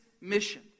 mission